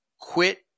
quit